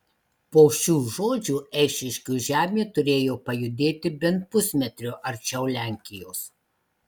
po šių žodžių eišiškių žemė turėjo pajudėti bent pusmetriu arčiau lenkijos